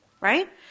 Right